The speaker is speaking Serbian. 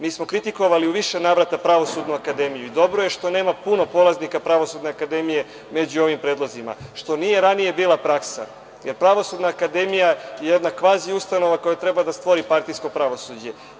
Mi smo kritikovali u više navrata Pravosudnu akademiju i dobro je što nema puno polaznika Pravosudne akademije među ovim predlozima što nije ranije bila praksa, jer Pravosudna akademija je jedna kvazi ustanova koja treba da stvori partijsko pravosuđe.